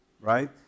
right